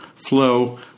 flow